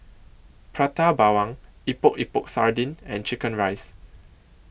Prata Bawang Epok Epok Sardin and Chicken Rice